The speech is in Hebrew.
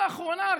לאחרונה,